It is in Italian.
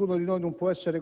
frontiere aperte